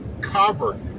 covered